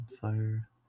fire